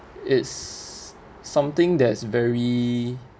it's something that's very